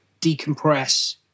decompress